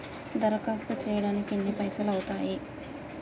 దరఖాస్తు చేయడానికి ఎన్ని పైసలు అవుతయీ?